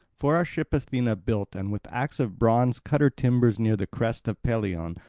for our ship athena built and with axe of bronze cut her timbers near the crest of pelion,